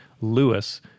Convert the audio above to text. Lewis